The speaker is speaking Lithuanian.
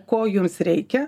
ko jums reikia